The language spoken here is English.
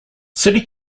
city